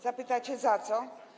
Zapytacie: Za co?